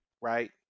right